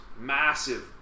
massive